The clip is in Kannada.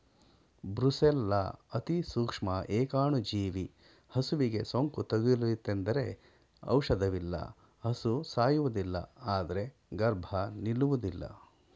ಬ್ರುಸೆಲ್ಲಾ ಅತಿಸೂಕ್ಷ್ಮ ಏಕಾಣುಜೀವಿ ಹಸುವಿಗೆ ಸೋಂಕು ತಗುಲಿತೆಂದರೆ ಔಷಧವಿಲ್ಲ ಹಸು ಸಾಯುವುದಿಲ್ಲ ಆದ್ರೆ ಗರ್ಭ ನಿಲ್ಲುವುದಿಲ್ಲ